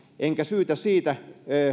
enkä syytä siitä